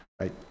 Right